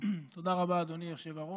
תודה רבה, אדוני היושב-ראש,